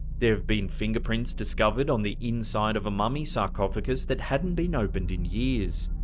there have been fingerprints discovered on the inside of a mummy sarcophagus that hadn't been opened in years.